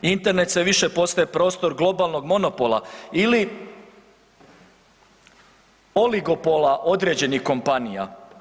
Internet sve više postaje prostor globalnog monopola ili oligopola određenih kompanija.